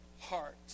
heart